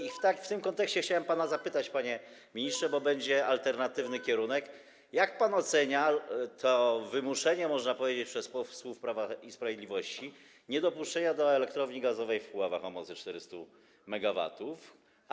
I w tym kontekście chciałem pana zapytać, panie ministrze, bo będzie alternatywny kierunek: Jak pan ocenia to wymuszenie, można powiedzieć, przez posłów Prawa i Sprawiedliwości niedopuszczenia do powstania elektrowni gazowej w Puławach o mocy 400 MW?